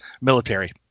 Military